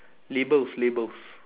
labels labels